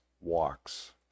walks